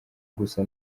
gusa